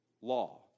law